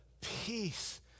peace